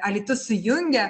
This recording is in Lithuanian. alytus sujungia